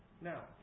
now